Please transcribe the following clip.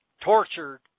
tortured